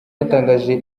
yatangaje